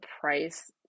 price